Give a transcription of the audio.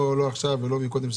לא עכשיו ולא מקודם.